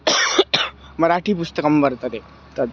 मराठि पुस्तकं वर्तते तत्